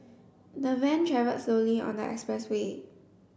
the van travelled slowly on the expressway